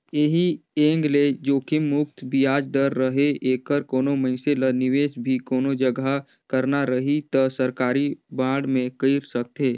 ऐही एंग ले जोखिम मुक्त बियाज दर रहें ऐखर कोनो मइनसे ल निवेस भी कोनो जघा करना रही त सरकारी बांड मे कइर सकथे